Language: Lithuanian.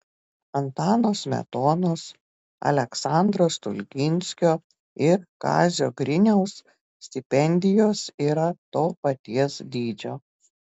antano smetonos aleksandro stulginskio ir kazio griniaus stipendijos yra to paties dydžio